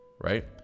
Right